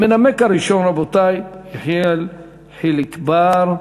המנמק הראשון, רבותי, יחיאל חיליק בר,